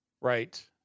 Right